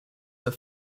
but